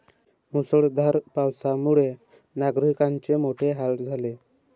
मुसळधार पावसामुळे नागरिकांचे मोठे हाल झाले